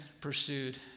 pursued